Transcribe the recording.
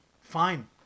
fine